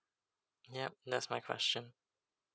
yup that's my question